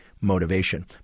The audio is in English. motivation